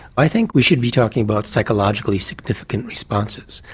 i think we should be talking about psychologically significant responses,